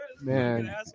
Man